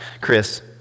Chris